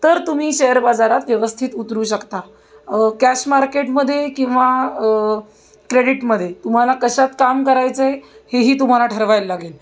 तर तुम्ही शेअर बाजारात व्यवस्थित उतरू शकता कॅश मार्केटमध्ये किंवा क्रेडिटमध्ये तुम्हाला कशात काम करायचं आहे हे ही तुम्हाला ठरवायला लागेल